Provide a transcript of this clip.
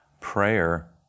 prayer